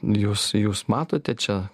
jūs jūs matote čia